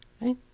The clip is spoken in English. Right